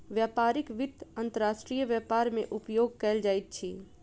व्यापारक वित्त अंतर्राष्ट्रीय व्यापार मे उपयोग कयल जाइत अछि